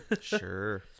sure